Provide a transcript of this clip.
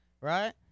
right